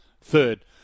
third